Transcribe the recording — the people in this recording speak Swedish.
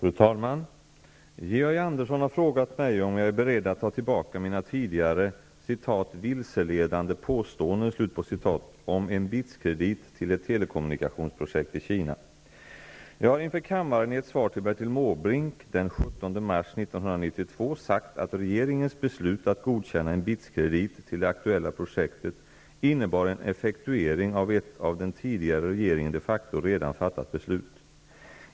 Fru talman! Georg Andersson har frågat mig om jag är beredd att ta tillbaka mina tidigare ''vilseledande påståenden'' om en BITS-kredit till ett telekommunikationsprojekt i Kina. Jag har inför kammaren i ett svar till Bertil Måbrink den 17 mars 1992 sagt att regeringens beslut att godkänna en BITS-kredit till det aktuella projektet innebar en effektuering av ett av den tidigare regeringen de facto redan fattat beslut.